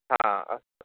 हा अस्तु